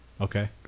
Okay